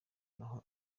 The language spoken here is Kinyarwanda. naho